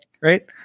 right